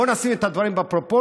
בוא נשים את הדברים בפרופורציות,